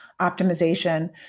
optimization